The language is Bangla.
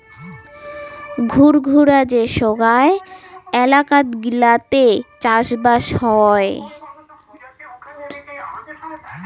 ঘুরঘুরা যে সোগায় এলাকাত গিলাতে চাষবাস হই